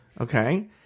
okay